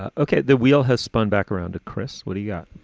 ok. the wheel has spun back around. chris, what do you got?